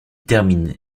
termine